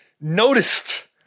noticed